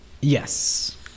Yes